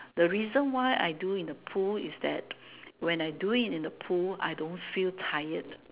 the reason why I do in the pool is that when I do it in the pool I don't feel tired